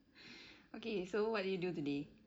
okay so what did you do today